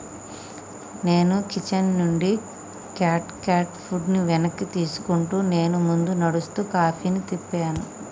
నేను కిచెన్ నుండి cat cute ఫుడ్ని వెనక్కి తీసుకుంటూ నేను ముందు నడుస్తూ కాఫీని తిప్పాను